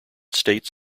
states